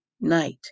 night